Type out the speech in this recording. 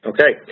Okay